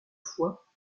foi